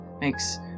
Makes